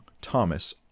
Thomas